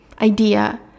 idea